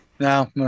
No